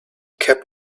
kept